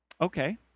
Okay